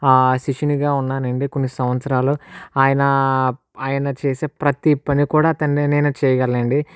శిష్యునిగా ఉన్నానండి కొన్ని సంవత్సరాలు ఆయన ఆయన చేసే ప్రతీ పని కూడా తన్ నేను చేయగలనండి